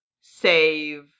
save